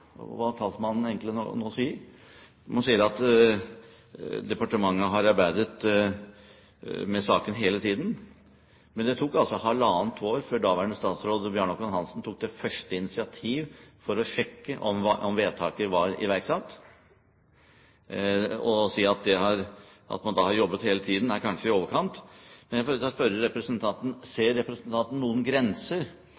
hva talsmannen nå egentlig sier. Man sier at departementet har arbeidet med saken hele tiden. Men det tok altså halvannet år før daværende statsråd Bjarne Håkon Hanssen tok det første initiativ for å sjekke om vedtaket var iverksatt. Å si at man da har jobbet hele tiden, er kanskje i overkant. Men jeg må spørre representanten: Ser representanten